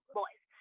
boys